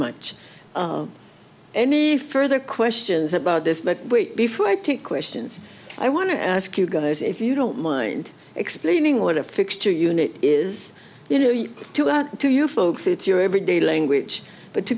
much any further questions about this but wait before i take questions i want to ask you guys if you don't mind explaining what a fixture unit is you know you do out to you folks it's your everyday language but to